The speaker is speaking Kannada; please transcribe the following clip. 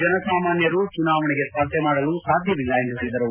ಜನಸಾಮಾನ್ವರು ಚುನಾವಣೆಗೆ ಸ್ಪರ್ಧೆ ಮಾಡಲು ಸಾಧ್ಯವಿಲ್ಲ ಎಂದು ಹೇಳಿದರು